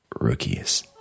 rookies